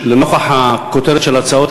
לנוכח הכותרת של ההצעות,